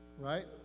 Right